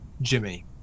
Jimmy